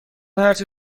هرچه